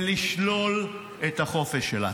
ולשלול את החופש שלה.